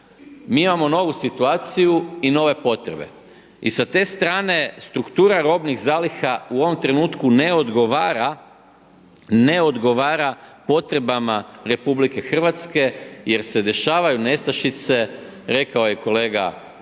Mi imamo novu situaciju i nove potrebe i sa te strane struktura robnih zaliha u ovom trenutku ne odgovara potrebama RH jer se dešavaju nestašice, rekao je kolega maloprije